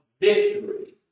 victory